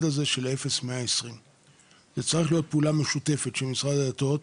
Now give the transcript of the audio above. הזה של 0120. זאת צריכה להיות פעולה משותפת של משרד הדתות,